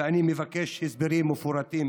ואני מבקש הסברים מפורטים